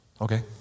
okay